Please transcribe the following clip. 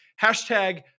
Hashtag